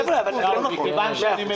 הרב גפני.